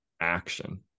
action